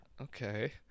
Okay